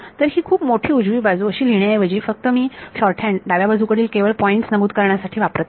तर ही खूप मोठी उजवी बाजू अशी लिहिण्याऐवजी मी फक्त ही शॉर्ट हॅन्ड डाव्या बाजूकडील केवळ पॉईंट्स नमूद करण्यासाठी वापरत आहे